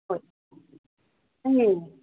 ꯍꯣꯏ ꯎꯝ